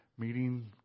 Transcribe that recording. Meeting